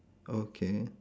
okay